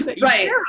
Right